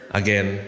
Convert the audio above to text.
again